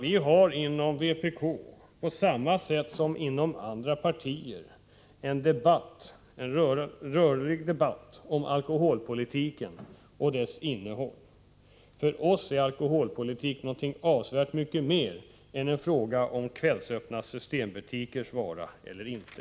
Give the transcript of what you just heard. Vi har inom vpk, på samma sätt som inom andra partier, en rörlig debatt om alkoholpolitiken och dess innehåll. För oss är alkoholpolitik något avsevärt mycket mer än en fråga om kvällsöppethållande i systembutiker eller inte.